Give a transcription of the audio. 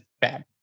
bad